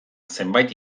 zenbait